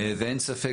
ואין ספק,